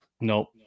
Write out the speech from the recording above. Nope